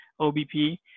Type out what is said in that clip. OBP